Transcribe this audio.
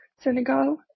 Senegal